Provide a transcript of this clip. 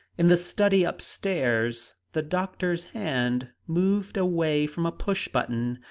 in the study up-stairs the doctor's hand moved away from a pushbutton.